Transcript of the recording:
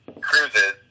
cruises